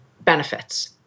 benefits